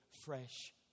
fresh